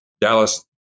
Dallas